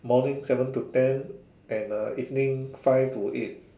morning seven to ten and uh evening five to eight